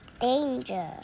danger